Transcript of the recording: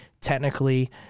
technically